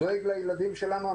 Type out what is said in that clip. דואג לילדים שלנו,